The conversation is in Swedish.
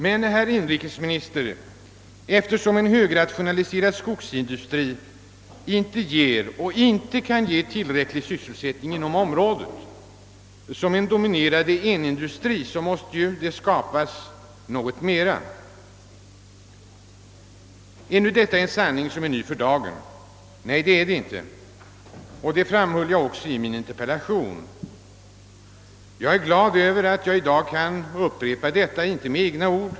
Men, herr inrikesminister, eftersom en högrationaliserad skogsindustri inte ger och inte heller kan ge tillräcklig sysselsättning inom området såsom en dominerande en-industri, måste något mera tillskapas. Är detta en sanning som är ny för dagen? Nej, det är den inte. Detta framhöll jag i min interpellation. Jag är glad över att jag i dag kan upprepa detta — inte med egna ord.